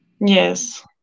yes